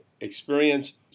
experience